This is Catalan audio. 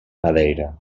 madeira